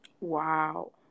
Wow